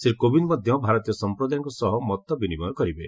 ଶ୍ରୀ କୋବିନ୍ଦ ମଧ୍ୟ ଭାରତୀୟ ସଂପ୍ରଦାୟଙ୍କ ସହ ମତ ବିନିମୟ କରିବେ